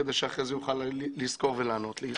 כדי שאחרי זה הוא יוכל לזכור ולענות לי.